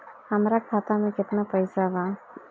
हमरा खाता में केतना पइसा बा?